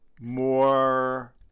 more